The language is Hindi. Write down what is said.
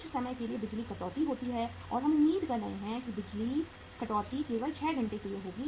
कुछ समय के लिए बिजली कटौती होती है और हम उम्मीद कर रहे हैं कि बिजली कटौती केवल 6 घंटे के लिए होगी